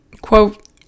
quote